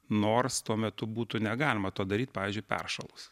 nors tuo metu būtų negalima to daryt pavyzdžiui peršalus